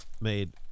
made